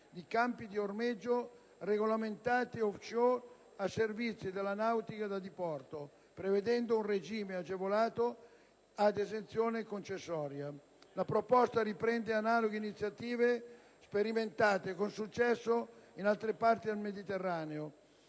di campi di ormeggio regolamentati *off shore*, a servizio della nautica da diporto, prevedendo un regime agevolato, ad esenzione concessoria. La proposta riprende analoghe iniziative sperimentate con successo in altre parti del Mediterraneo,